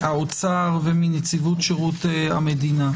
האוצר ומנציבות שירות המדינה,